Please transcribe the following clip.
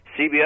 CBS